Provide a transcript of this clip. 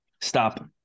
stop